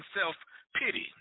self-pity